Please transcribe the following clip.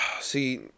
See